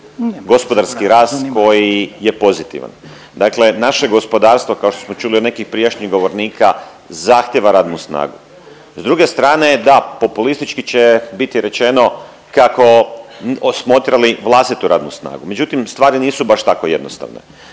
gospodarski rast koji je pozitivan. Dakle, naše gospodarstvo kao što smo čuli od nekih prijašnjih govornika zahtjeva radnu snagu. S druge strane da populistički će biti rečeno kako smo otjerali vlastitu radnu snagu. Međutim stvari nisu baš tako jednostavne.